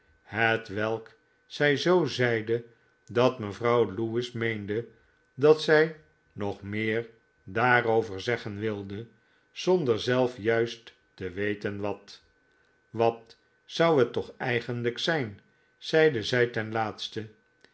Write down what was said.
hetwelk zij zoo zeide dat mevrouw lewis meende dat zij nog meer daarover zeggen wilde zonder zelf juist te weten wat wat zou het toch eigenlijk zijn zeide zij ten laatste